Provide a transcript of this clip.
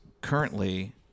currently